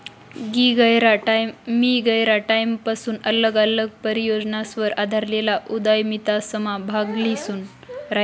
मी गयरा टाईमपसून आल्लग आल्लग परियोजनासवर आधारेल उदयमितासमा भाग ल्ही रायनू